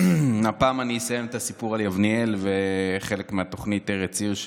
הפעם אני אסיים את הסיפור על יבנאל וחלק מהתוכנית "ארץ עיר",